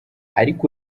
ariko